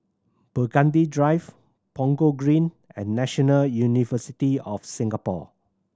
Burgundy Drive Punggol Green and National University of Singapore